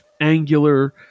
angular